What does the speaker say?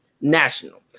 National